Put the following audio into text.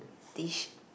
dish